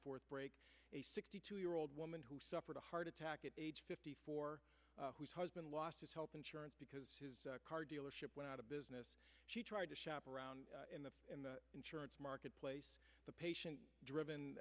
fourth break a sixty two year old woman who suffered a heart attack at age fifty four whose husband lost his health insurance because car dealership went out of business she tried to shop around in the insurance marketplace the patient